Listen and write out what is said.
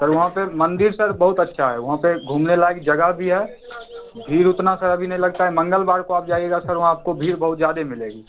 sir वहाँ पर मंदिर सर बहुत अच्छा है वहाँ पर घूमने लायक जगह भी है भीड़ उतना सारा भी नहीं लगता है मंगलवार को आप जाइएगा सर वहाँ आपको भीड़ बहुत ज्यादे मिलेगी